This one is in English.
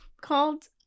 called